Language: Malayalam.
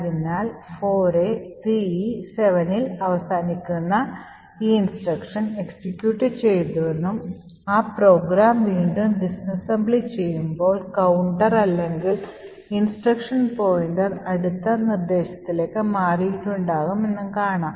അതിനാൽ 4a3e7ൽ അവസാനിക്കുന്ന ഈ നിർദ്ദേശം എക്സിക്യൂട്ട് ചെയ്തുവെന്നും ആ പ്രോഗ്രാം വീണ്ടും ഡിസ്അസംബ്ലി ചെയ്യുമ്പോൾ counter അല്ലെങ്കിൽ ഇൻസ്ട്രക്ഷൻ പോയിന്റർ അടുത്ത നിർദ്ദേശത്തിലേക്ക് മാറിയിട്ടുണ്ടാകും എന്നും കാണാം